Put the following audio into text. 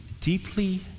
deeply